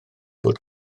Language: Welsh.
bod